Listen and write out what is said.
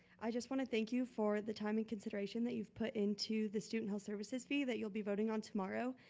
i just wanna thank you for the time and consideration that you've put into the student health services fee that you'll be voting on tomorrow.